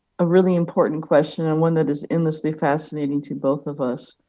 a really important question and one that is endlessly fascinating to both of us.